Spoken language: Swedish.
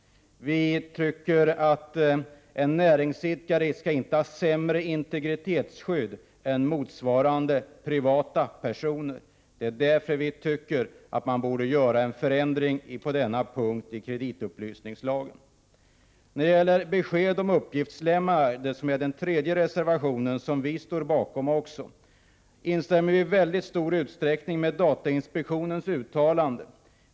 Vi anser att en näringsidkare inte skall ha sämre integritetsskydd än privatpersoner. Det är därför vi vill ha en ändring på denna punkt i kreditupplysningslagen. Reservation 3 gäller besked om uppgiftslämnare. Vi instämmer i stor utsträckning i datainspektionens uttalande.